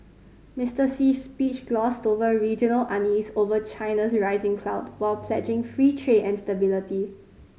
Mister Xi's speech glossed over regional unease over China's rising clout while pledging free trade and stability